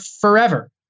forever